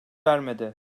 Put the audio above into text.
vermedi